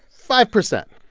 five percent?